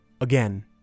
again